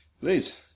please